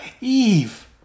Eve